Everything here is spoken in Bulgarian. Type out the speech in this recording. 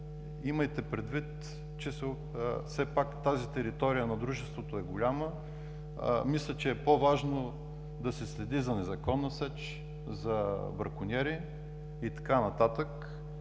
Имайте предвид, че все пак тази територия на дружеството е голяма, мисля, че е по-важно да се следи за незаконна сеч, за бракониери и така нататък.